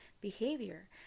behavior